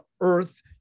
Earth